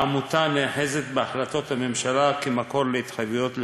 העמותה נאחזת בהחלטות הממשלה כמקור להתחייבויות לתשלום,